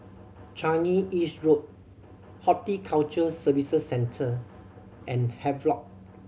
Changi East Road Horticulture Services Centre and Havelock